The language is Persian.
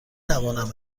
توانم